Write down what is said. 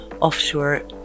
offshore